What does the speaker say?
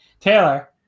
Taylor